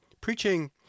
preaching